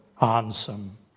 handsome